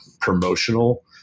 promotional